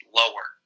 lower